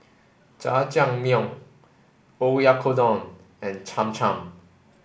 Jajangmyeon Oyakodon and Cham Cham